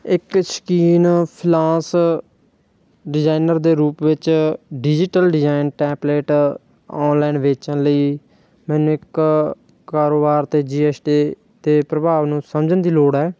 ਇੱਕ ਸ਼ੌਕੀਨ freelance designer ਦੇ ਰੂਪ ਵਿੱਚ ਡਿਜੀਟਲ ਡਿਜ਼ਾਈਨ ਟੈਮਪਲੇਟ ਔਨਲੈਨ ਵੇਚਣ ਲਈ ਮੈਨੂੰ ਇੱਕ ਕਾਰੋਬਾਰ ਅਤੇ ਜੀ ਐੱਸ ਟੀ 'ਤੇ ਪ੍ਰਭਾਵ ਨੂੰ ਸਮਝਣ ਦੀ ਲੋੜ ਹੈ